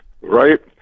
Right